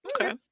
Okay